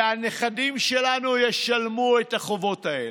והנכדים שלנו ישלמו את החובות האלה.